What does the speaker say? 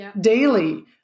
daily